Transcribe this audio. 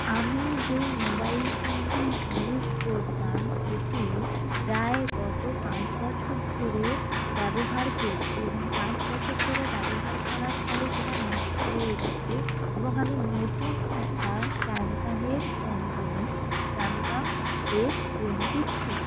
আমি যে মোবাইল ফোনটি ইউজ করতাম সেটি প্রায় গত পাঁচ বছর ধরে ব্যবহার করছি এবং পাঁচ বছর ধরে ব্যবহার করার ফলে সেটা নষ্ট হয়ে গেছে এবং আমি নতুন একটা স্যামসাংয়ের ফোন কিনি স্যামসং এফ টোয়েন্টি থ্রি